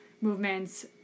movements